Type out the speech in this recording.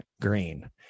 green